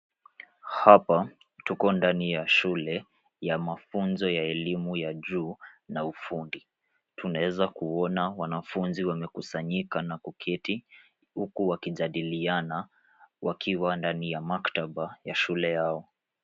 Hapa tuko ndani ya shule ya mafunzo ya elimu ya juu na ufundi. Tunaeza kuona wanafunzi wamekusanyika na kuketi huku wakijadiliana, wakiwa ndani ya maktaba ya shule yao.